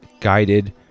guided